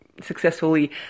successfully